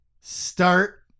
start